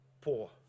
poor